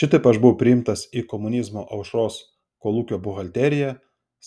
šitaip aš buvau priimtas į komunizmo aušros kolūkio buhalteriją